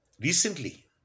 Recently